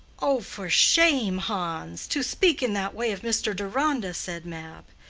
oh, for shame, hans to speak in that way of mr. deronda, said mab.